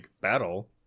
battle